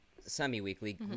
semi-weekly